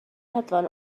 hedfan